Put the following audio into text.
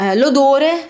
l'odore